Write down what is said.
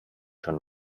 schon